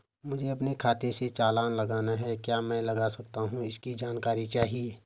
मुझे अपने खाते से चालान लगाना है क्या मैं लगा सकता हूँ इसकी जानकारी चाहिए?